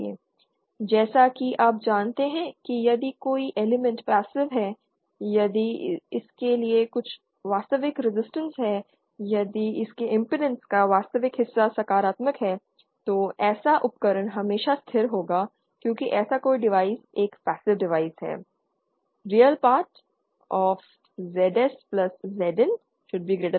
जैसा कि आप जानते हैं कि यदि कोई एलिमेंट पैसिव है यदि इसके लिए कुछ वास्तविक रेजिस्टेंस है यदि इसके इम्पीडेन्स का वास्तविक हिस्सा सकारात्मक है तो ऐसा उपकरण हमेशा स्थिर होगा क्योंकि ऐसा कोई डिवाइस एक पैसिव डिवाइस है